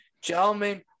Gentlemen